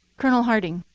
colonel harting.